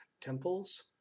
temples